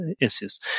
issues